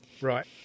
Right